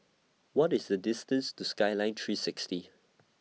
What IS The distance to Skyline three sixty